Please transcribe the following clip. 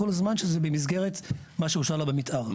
כל זמן שזה במסגרת מה שאושר לה במתאר.